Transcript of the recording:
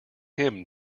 him